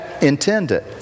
intended